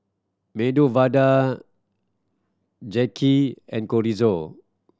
Medu Vada Japchae and Chorizo